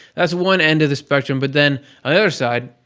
that's one end of the spectrum. but then on the other side.